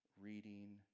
reading